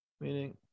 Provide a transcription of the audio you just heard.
meaning